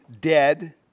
dead